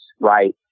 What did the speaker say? right